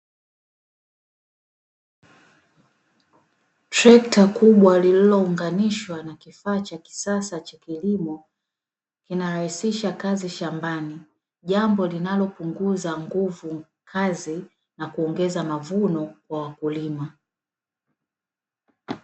Trekta kubwa lilionganishwa na kifaa cha kisasa cha kilimo kinarahisha kazi shambani, jambo linalopunguza nguvu kazi na kuongeza mavuno kwa wakulima.